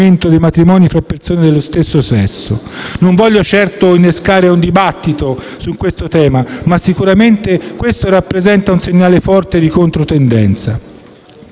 Non voglio certo innescare un dibattito sul tema, ma sicuramente questo rappresenta un segnale forte di controtendenza.